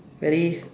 very